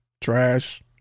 Trash